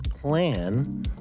plan